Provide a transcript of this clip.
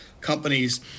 companies